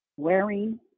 Wearing